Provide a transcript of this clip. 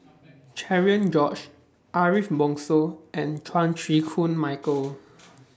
Cherian George Ariff Bongso and Chan Chew Koon Michael